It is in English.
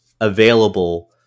available